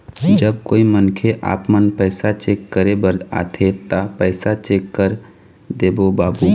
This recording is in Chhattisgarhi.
जब कोई मनखे आपमन पैसा चेक करे बर आथे ता पैसा चेक कर देबो बाबू?